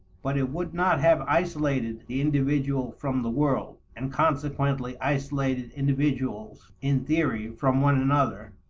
but it would not have isolated the individual from the world, and consequently isolated individuals in theory from one another.